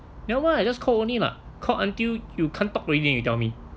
never mind I just called only called until you can't talk already then you tell me